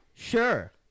Sure